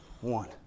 one